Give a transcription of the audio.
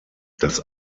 das